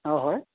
অঁ হয়